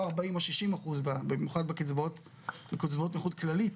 40% או 60% במיוחד בקצבאות נכות כללית,